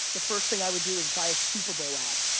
the first thing i would do is buy a super bowl ad.